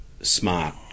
smart